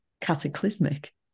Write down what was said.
cataclysmic